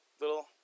Little